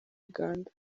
uganda